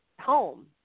home